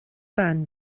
bean